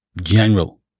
General